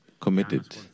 committed